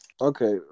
Okay